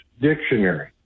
dictionary